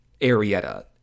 arietta